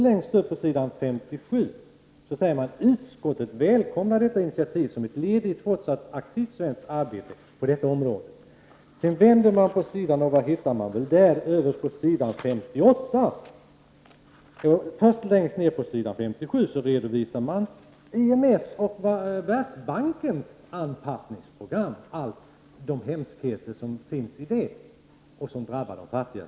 Längst upp på s. 57 sägs: ”Utskottet välkomnar detta initiativ som ett led i ett fortsatt aktivt svenskt arbete på detta område.” Längst ned på s. 57 redovisas Världsbankens anpassningsprogram och de hemskheter som ingår i detta program, vilka drabbar de fattigaste.